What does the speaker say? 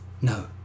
No